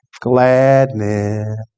Gladness